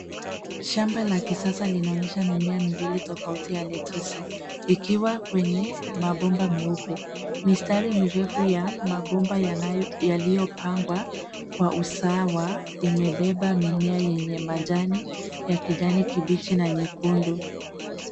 Shamba la kisasa linaonyesha mimea miwili tofauti ya lettuce ikiwa kwenye mabomba meupe. Mistari mirefu ya mabomba yaliyopangwa kwa usawa imebeba mimea yenye majani ya kijani kibichi na nyekundu.